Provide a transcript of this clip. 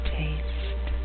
taste